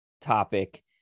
topic